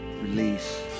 Release